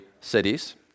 cities